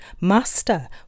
Master